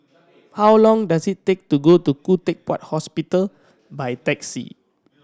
how long does it take to go to Khoo Teck Puat Hospital by taxi